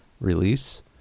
release